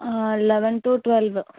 eleven to twelve